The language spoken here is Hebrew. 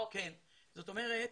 זאת אומרת,